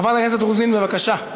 חברת הכנסת רוזין, בבקשה.